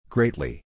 Greatly